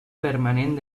permanent